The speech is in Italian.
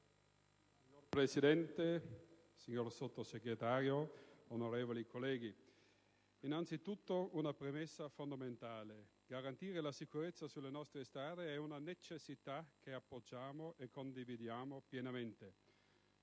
Signor Presidente, signor Sottosegretario, onorevoli colleghi, innanzi tutto una premessa fondamentale: garantire la sicurezza sulle nostre strade è una necessità che appoggiamo e condividiamo pienamente.